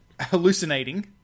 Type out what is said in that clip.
hallucinating